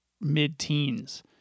mid-teens